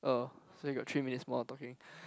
oh so we got three minutes more of talking